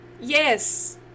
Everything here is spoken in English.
yes